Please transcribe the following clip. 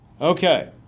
Okay